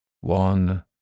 One